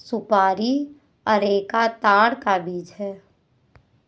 सुपारी अरेका ताड़ का बीज है